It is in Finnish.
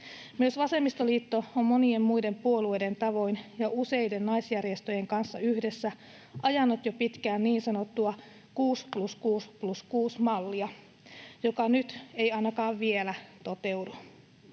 Myös vasemmistoliitto on monien muiden puolueiden tavoin ja useiden naisjärjestöjen kanssa yhdessä ajanut jo pitkään niin sanottua 6+6+6-mallia, joka ei ainakaan vielä nyt toteudu.